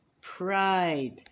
pride